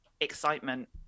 excitement